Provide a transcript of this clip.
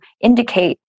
indicate